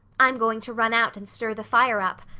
i'm going to run out and stir the fire up.